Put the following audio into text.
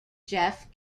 jeff